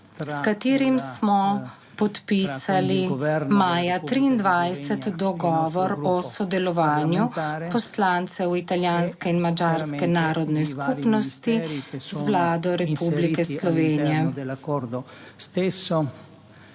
s katerim smo podpisali maja 2023 dogovor o sodelovanju poslancev italijanske in madžarske narodne skupnosti z Vlado Republike Slovenije.